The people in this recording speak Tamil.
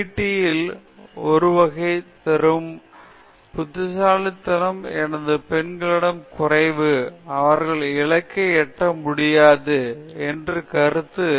க்கு வருகை தரும் போது புத்திசாலித்தனம் என்பது பெண்களிடம் குறைவு அவர்களால் இலக்கை எட்ட முடியாது என்ற கருத்து தவறு என்பதை உணரலாம்